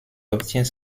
obtient